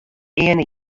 earne